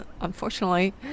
unfortunately